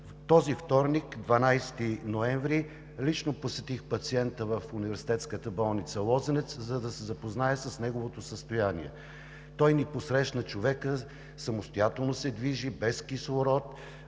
този вторник – 12 ноември, лично посетих пациента в Университетска болница „Лозенец“, за да се запозная с неговото състояние. Човекът ни посрещна, самостоятелно се движи, без кислород,